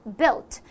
built